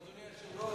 אדוני היושב-ראש,